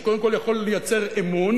שקודם כול יכול לייצר אמון,